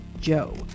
Joe